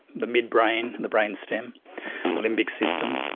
the midbrain and the brainstem, the limbic system,